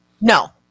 No